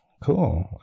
Cool